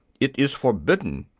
it is forbidden!